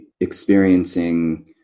experiencing